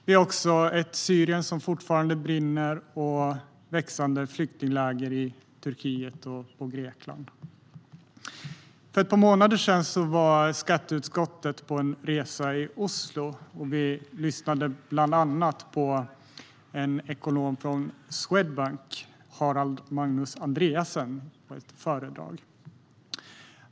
Vi har ett Syrien som fortfarande brinner och växande flyktingläger i Turkiet och Grekland. För ett par månader sedan var skatteutskottet på en resa i Oslo. Vi lyssnade bland annat på en ekonom från Swedbank, Harald Magnus Andreassen, som höll ett föredrag.